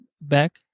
back